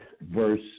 verse